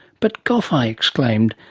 but gough i exclaimed,